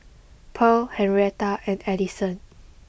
Purl Henretta and Edison